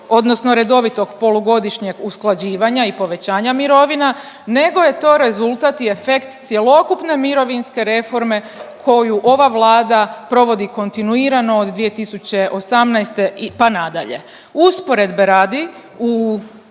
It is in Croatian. odnosno redovitog polugodišnjeg usklađivanja i povećanja mirovina, nego je to rezultat i efekt cjelokupne mirovinske reforme koju ova Vlada provodi kontinuirano od 2018. pa na dalje. Usporedbe radi u